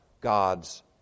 God's